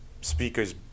speakers